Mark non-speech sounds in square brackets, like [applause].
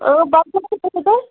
اۭں پَتہٕ [unintelligible]